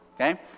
okay